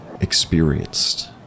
experienced